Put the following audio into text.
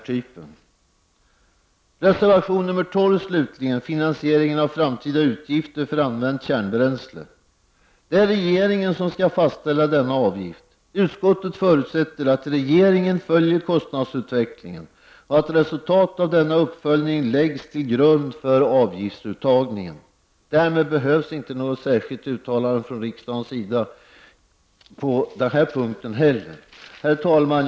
Slutligen vill jag något kommentera reservation nr 12 som handlar om finansieringen av framtida utgifter för använt kärnbränsle. Det är regeringen som skall fastställa denna avgift. Utskottet förutsätter att regeringen följer kostnadsutvecklingen, och att resultatet av denna uppföljning läggs till grund för avgiftsuttagen. Därmed behövs inte heller på den här punkten något särskilt uttalande från riksdagen. Herr talman!